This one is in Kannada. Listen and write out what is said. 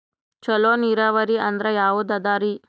ಚಲೋ ನೀರಾವರಿ ಅಂದ್ರ ಯಾವದದರಿ?